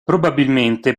probabilmente